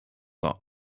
lot